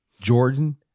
Jordan